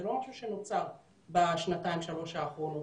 זה לא משהו שנוצר בשנתיים-שלוש האחרונות,